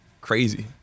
crazy